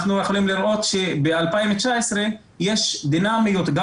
אנחנו יכולים לראות ב-2019 יש דינמיות גם